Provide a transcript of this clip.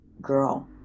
girl